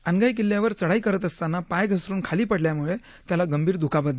अनघाई किल्ल्यावर चढाई करत असताना पाय घसरून खाली पडल्यामुळे त्याला गंभीर दुखापत झाली